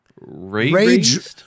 rage